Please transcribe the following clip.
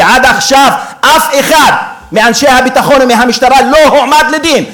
ועד עכשיו אף אחד מאנשי הביטחון ומהמשטרה לא הועמד לדין.